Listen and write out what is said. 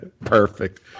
Perfect